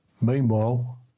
Meanwhile